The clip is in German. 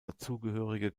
dazugehörige